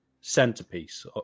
centerpiece